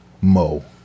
Mo